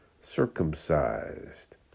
circumcised